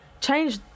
change